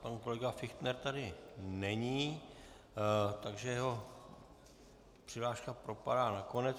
Pan kolega Fichtner tady není, takže jeho přihláška propadá na konec.